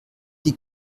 die